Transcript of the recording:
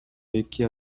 эки